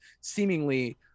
seemingly